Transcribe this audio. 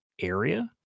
area